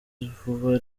vuba